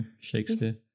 Shakespeare